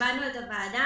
כיבדנו את הוועדה,